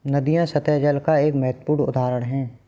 नदियां सत्तह जल का एक महत्वपूर्ण उदाहरण है